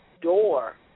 door